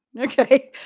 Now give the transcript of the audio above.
Okay